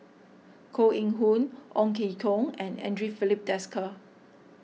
Koh Eng Hoon Ong Ke Kung and andre Filipe Desker